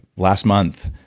last month,